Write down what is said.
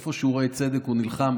איפה שהוא רואה אי-צדק, הוא נלחם.